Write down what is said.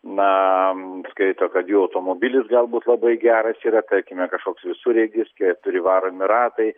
na skaito kad jų automobilis galbūt labai geras yra tarkime kažkoks visureigis keturi varomi ratai